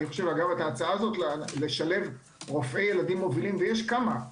ההצעה הזאת לשלב רופאי ילדים מובילים ויש כמה.